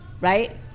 right